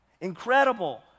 Incredible